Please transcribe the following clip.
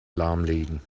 lahmlegen